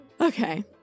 Okay